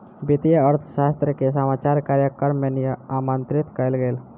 वित्तीय अर्थशास्त्री के समाचार कार्यक्रम में आमंत्रित कयल गेल